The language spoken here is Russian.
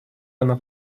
она